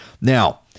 Now